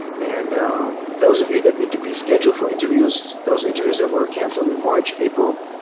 and those of you that need to be scheduled for interviews, those interviews that were canceled in march, april,